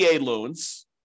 loans